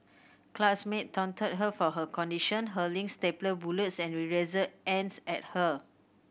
classmate taunted her for her condition hurling stapler bullets and eraser ends at her